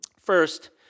First